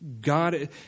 God